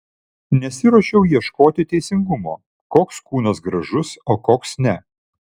nesiruošiau ieškoti teisingumo koks kūnas gražus o koks ne